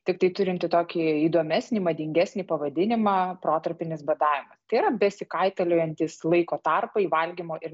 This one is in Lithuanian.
tiktai turinti tokį įdomesnį madingesnį pavadinimą protarpinis badavimas tai yra besikaitaliojantys laiko tarpai valgymo ir